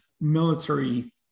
military